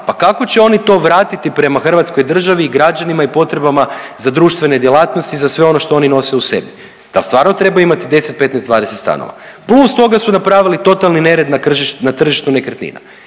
pa kako će oni to vratiti prema hrvatskoj državi i građanima i potrebama za društvene djelatnosti i za sve ono što oni nose u sebi. Da li stvarno treba imati 10, 15, 20 stanova? Plus toga su napravili totalni nered na tržištu nekretnina